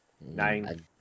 Nine